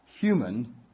human